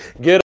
get